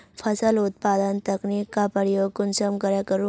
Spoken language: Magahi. फसल उत्पादन तकनीक का प्रयोग कुंसम करे करूम?